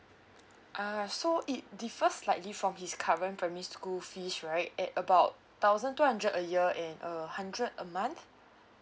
uh so it the first slightly from his current primary school fees right at about thousand two hundred a year and a hundred a month